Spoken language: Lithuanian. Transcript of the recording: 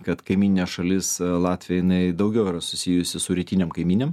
kad kaimyninė šalis latvija jinai daugiau yra susijusi su rytinėm kaimynėm